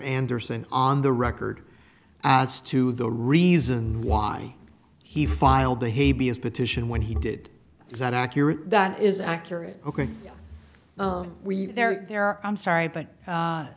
anderson on the record as to the reason why he filed the hey be as petition when he did is that accurate that is accurate ok we they're there i'm sorry but